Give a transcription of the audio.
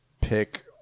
pick